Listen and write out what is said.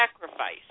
sacrifice